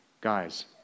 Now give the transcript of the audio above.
guys